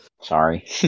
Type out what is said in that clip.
sorry